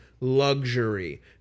luxury